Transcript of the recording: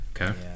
Okay